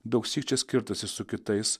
daugsyk čia skirtasi su kitais